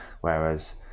whereas